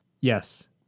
Yes